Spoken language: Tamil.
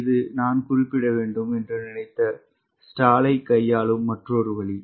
இது நான் குறிப்பிட வேண்டும் என்று நினைத்த stall யை கையாளும் மற்றொரு வழி